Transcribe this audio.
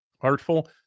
artful